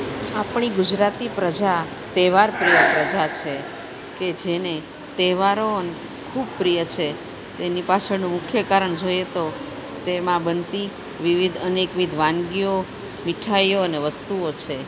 આપણી ગુજરાતી પ્રજા તહેવાર પ્રિય પ્રજા છે કે જેને તહેવારો ખૂબ પ્રિય છે તેની પાછળનું મુખ્ય કારણ જોઈએ તો તેમાં બનતી વિવિધ અનેકવિધ વાનગીઓ મીઠાઈઓ અને વસ્તુઓ છે